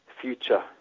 future